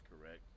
correct